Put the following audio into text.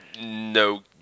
no